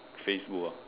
Facebook ah